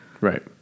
Right